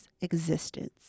existence